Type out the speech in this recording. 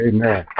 Amen